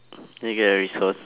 I get a resource